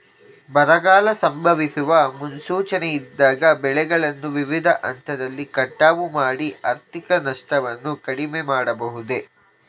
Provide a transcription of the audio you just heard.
ಬರಗಾಲ ಸಂಭವಿಸುವ ಮುನ್ಸೂಚನೆ ಇದ್ದಾಗ ಬೆಳೆಗಳನ್ನು ವಿವಿಧ ಹಂತದಲ್ಲಿ ಕಟಾವು ಮಾಡಿ ಆರ್ಥಿಕ ನಷ್ಟವನ್ನು ಕಡಿಮೆ ಮಾಡಬಹುದೇ?